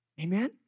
Amen